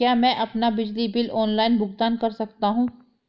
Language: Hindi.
क्या मैं अपना बिजली बिल ऑनलाइन भुगतान कर सकता हूँ?